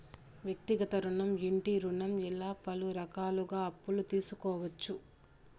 వ్యక్తిగత రుణం ఇంటి రుణం ఇలా పలు రకాలుగా అప్పులు తీసుకోవచ్చు